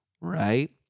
right